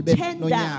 tender